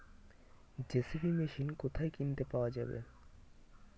JCB machine কোথায় কিনতে পাওয়া যাবে?